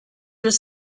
was